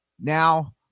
now